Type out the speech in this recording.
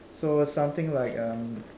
so something like um